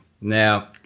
Now